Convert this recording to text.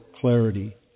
clarity